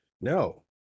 no